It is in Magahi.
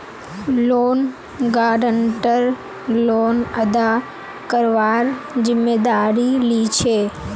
लोन गारंटर लोन अदा करवार जिम्मेदारी लीछे